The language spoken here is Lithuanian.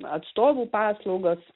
atstovų paslaugas